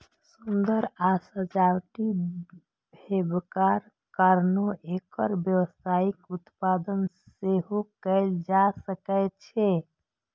सुंदर आ सजावटी हेबाक कारणें एकर व्यावसायिक उत्पादन सेहो कैल जा सकै छै